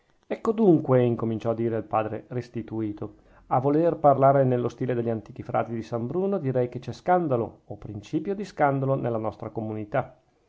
ecco dunque incominciò a dire il padre restituto a voler parlar nello stile degli antichi frati di san bruno direi che c'è scandalo o principio di scandalo nella nostra comunità